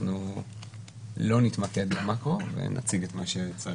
אנחנו לא נתמקד במאקרו, ונציג את מה שצריך.